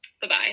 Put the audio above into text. Bye-bye